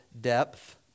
depth